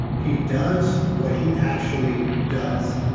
he does what he actually does.